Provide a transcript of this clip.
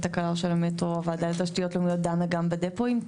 הקלה או של המטרו הוועדה לתשתיות דנה גם בדפואים?